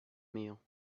meal